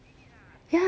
yeah